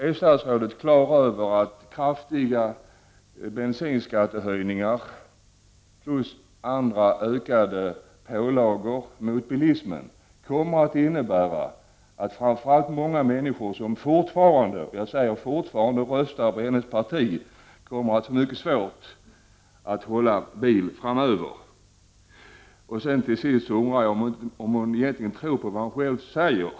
Är statsrådet på det klara med att kraftiga bensinskattehöjningar plus andra ökade pålagor på bilar kommer att innebära att framför allt många människor som fortfarande röstar på hennes parti kommer att få det mycket svårt att hålla bil framöver? Jag undrar också om hon tror på vad hon själv säger.